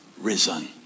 risen